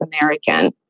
American